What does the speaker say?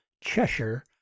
Cheshire